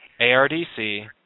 ARDC